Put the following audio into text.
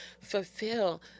fulfill